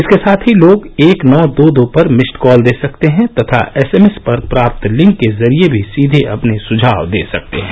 इसके साथ ही लोग एक नौ दो दो पर मिस्ड कॉल दे सकते हैं तथा एस एमएस पर प्राप्त लिंक के जरिए भी सीधे अपने सुझाव दे सकते हैं